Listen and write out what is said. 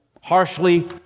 harshly